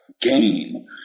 game